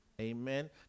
amen